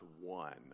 one